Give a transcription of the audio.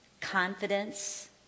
confidence